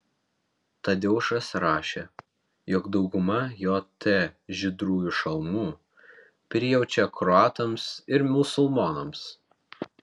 tadeušas rašė jog dauguma jt žydrųjų šalmų prijaučia kroatams ir musulmonams